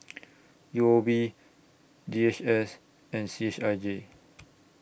U O B D H S and C H I J